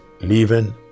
leaving